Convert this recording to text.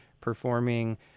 performing